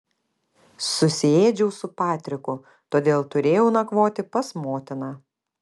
susiėdžiau su patriku todėl turėjau nakvoti pas motiną